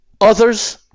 others